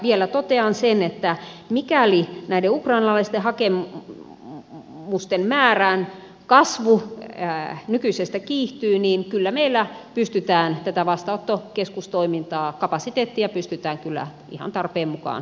vielä totean sen että mikäli näiden ukrainalaisten hakemusten määrän kasvu nykyisestä kiihtyy kyllä meillä pystytään tätä vastaanottokeskuskapasiteettia ihan tarpeen mukaan sitten laajentamaan